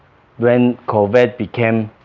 when covet became